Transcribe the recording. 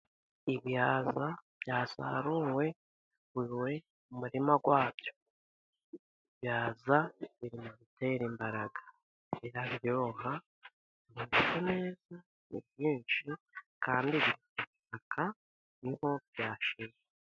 Ibihaza byasaruwe mu murima wabyo. Ibihaza biri mu bitera imbaraga. Biraryoha bimeze neza, ni byinshi kandi biri ku butaka ni ho byashyizwe.